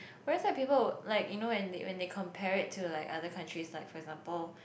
where's that people like you know when they when they compare it to like other countries like for example